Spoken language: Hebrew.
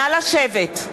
נכבד,